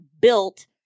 built